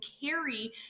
carry